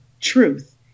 Truth